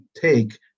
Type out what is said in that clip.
take